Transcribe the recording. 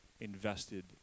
invested